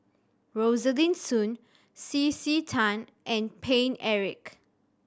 Rosaline Soon C C Tan and Paine Eric